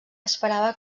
esperava